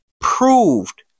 proved